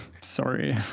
sorry